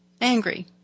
angry